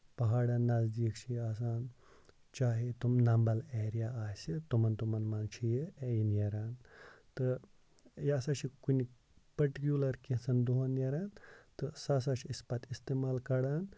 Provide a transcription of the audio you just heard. پَہاڑن نَزدیٖک چھِ یہِ آسان چاہے تم نَمبل ایریا آسہِ تمَن تمَن منٛز چھِ یہِ نیران تہٕ یہِ ہسا چھُ کُنہِ پٔٹِکوٗلر کیٚنٛژَھن دۄہن نیران تہٕ سُہ ہسا چھِ أسۍ پَتہٕ اِستعمال کَڑان